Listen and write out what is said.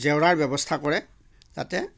জেওৰাৰ ব্যৱস্থা কৰে যাতে